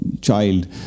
child